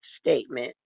statement